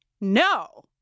no